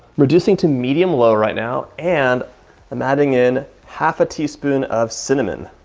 reducing to medium low right now and i'm adding in half a teaspoon of cinnamon.